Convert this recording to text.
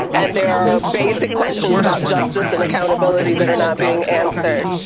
and there are basic questions about justice and accountability that are not being answered.